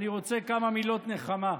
אני רוצה כמה מילות נחמה.